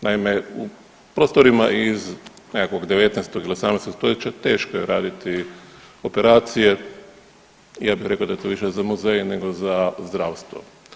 Naime u prostorima iz nekakvog 19. ili 18. stoljeća teško je raditi operacije, ja bih rekao da je to više za muzeje nego za zdravstvo.